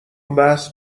بحث